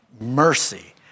mercy